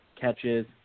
catches